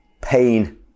pain